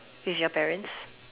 with your parents